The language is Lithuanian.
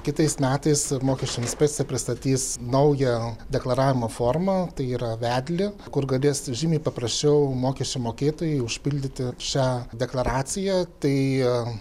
kitais metais mokesčių inspekcija pristatys naują deklaravimo formą tai yra vedlį kur galės žymiai paprasčiau mokesčių mokėtojai užpildyti šią deklaraciją tai